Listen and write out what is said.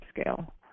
scale